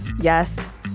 Yes